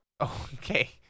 Okay